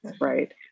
right